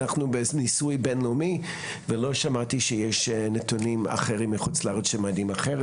אנחנו בניסוי בינלאומי ולא שמעתי שיש נתונים אחרים מחו"ל שמעידים אחרת,